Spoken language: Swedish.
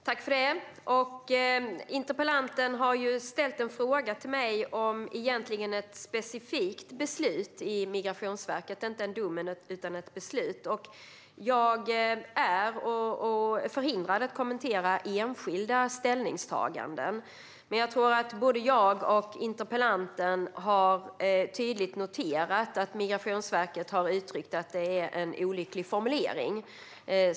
Fru talman! Interpellanten har ställt en fråga till mig om ett specifikt beslut av Migrationsverket - inte en dom utan ett beslut. Jag är förhindrad att kommentera enskilda ställningstaganden, men jag tror att både jag och interpellanten tydligt har noterat att Migrationsverket har uttryckt att det är en olycklig formulering.